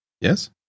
Yes